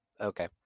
Okay